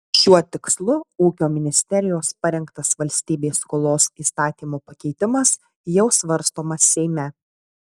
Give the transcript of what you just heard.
šiuo tikslu ūkio ministerijos parengtas valstybės skolos įstatymo pakeitimas jau svarstomas seime